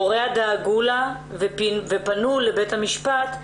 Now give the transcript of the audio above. הוריה דאגו לה ופנו לבית המשפט.